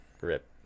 RIP